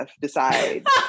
decides